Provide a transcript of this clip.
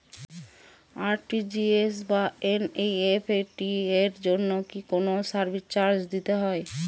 RTGS বা NEFT এর জন্য কি কোনো সার্ভিস চার্জ দিতে হয়?